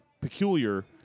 peculiar